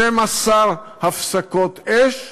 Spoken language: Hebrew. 12 הפסקות אש,